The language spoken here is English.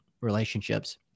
relationships